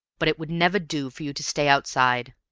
but it would never do for you to stay outside.